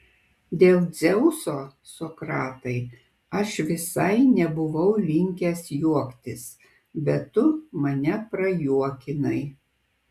dėl dzeuso sokratai aš visai nebuvau linkęs juoktis bet tu mane prajuokinai